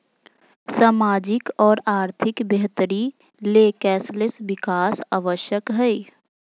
सामाजिक और आर्थिक बेहतरी ले कौशल विकास आवश्यक हइ